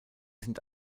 sind